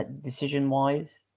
decision-wise